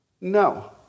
No